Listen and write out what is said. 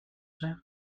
zijn